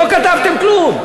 לא כתבתם כלום.